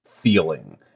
feeling